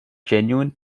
genuine